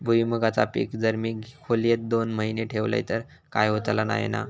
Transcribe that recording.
भुईमूगाचा पीक जर मी खोलेत दोन महिने ठेवलंय तर काय होतला नाय ना?